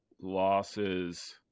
losses